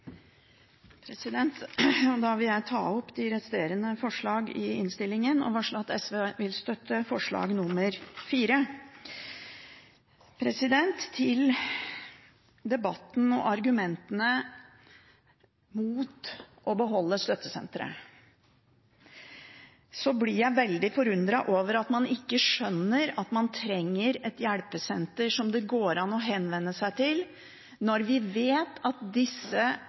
varsle at SV vil støtte forslag nr. 4. Til debatten og argumentene mot å beholde støttesenteret: Jeg blir veldig forundret over at man ikke skjønner at man trenger et hjelpesenter som det går an å henvende seg til, når vi vet at